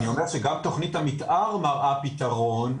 אני אומר שגם תכנית המתאר מראה פתרון,